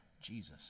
Jesus